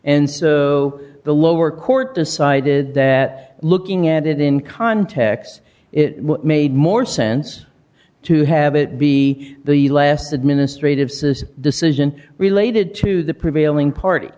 and so the lower court decided that looking at it in context it made more sense to have it be the last administrative system decision related to the prevailing party